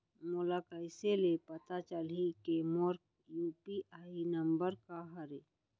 मोला कइसे ले पता चलही के मोर यू.पी.आई नंबर का हरे?